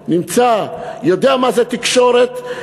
יודע מה זה תקשורת,